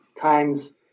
times